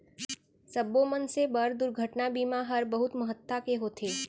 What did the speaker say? सब्बो मनसे बर दुरघटना बीमा हर बहुत महत्ता के होथे